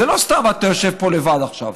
לא סתם אתה יושב פה לבד עכשיו.